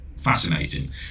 Fascinating